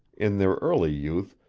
in their early youth,